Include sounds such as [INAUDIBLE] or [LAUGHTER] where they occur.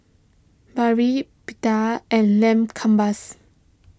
[UNINTELLIGIBLE] Pita and Lamb Kebabs